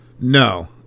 No